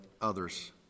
others